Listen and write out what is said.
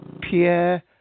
Pierre